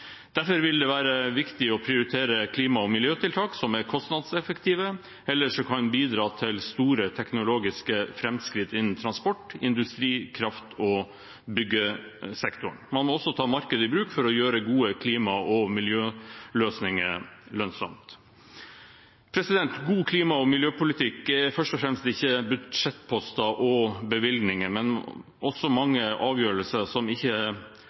Derfor vil det være viktig å prioritere klima- og miljøtiltak som er kostnadseffektive, eller som kan bidra til store teknologiske framskritt innen transport, industri og kraft og på byggesektoren. Man må også ta markedet i bruk for å gjøre gode klima- og miljøløsninger lønnsomme. God klima- og miljøpolitikk er ikke først og fremst budsjettposter og bevilgninger, men også mange avgjørelser som ikke